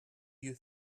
you